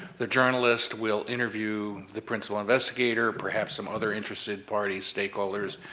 the journalist will interview the principal investigator, perhaps some other interested parties, stakeholders,